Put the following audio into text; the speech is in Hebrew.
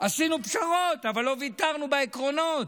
עשינו פשרות, אבל לא ויתרנו בעקרונות.